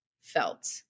felt